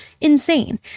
insane